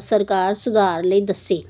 ਸਰਕਾਰ ਸੁਧਾਰ ਲਈ ਦੱਸੇ